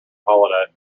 holiday